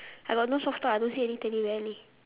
I got no soft toy I don't see any teddy bear leh